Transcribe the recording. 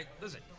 Listen